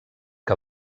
que